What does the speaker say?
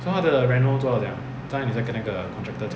so 他的 reno 做到怎么样刚才你在跟那个 contractor 讲